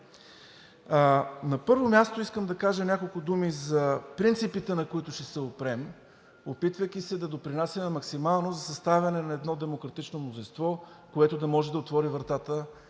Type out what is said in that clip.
На първо място, искам да кажа няколко думи за принципите, на които ще се опрем, опитвайки се да допринасяме максимално за съставянето на едно демократично мнозинство, което да може да отвори вратата